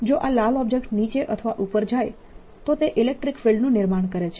જો આ લાલ ઓબ્જેક્ટ નીચે અથવા ઉપર જાય તો તે ઇલેક્ટ્રીક ફિલ્ડનું નિર્માણ કરે છે